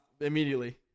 immediately